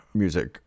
music